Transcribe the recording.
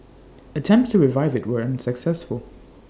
attempts to revive IT were unsuccessful